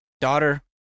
daughter